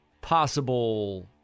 possible